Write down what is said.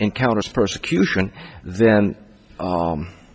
encounters persecution then